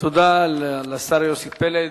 תודה לשר יוסי פלד.